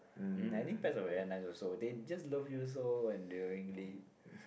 mmhmm I think pets are very nice also they just love you so endearingly